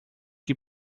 que